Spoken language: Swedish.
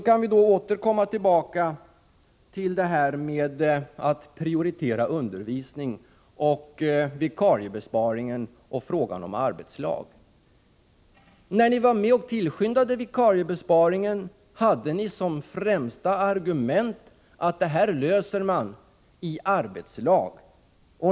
Jag återkommer så till detta med att prioritera undervisningen samt till frågan om vikariebesparing och arbetslag. När ni var med och tillskyndade förslaget om vikariebesparing hade ni som främsta argument, att det här löser man i arbetslag.